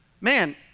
man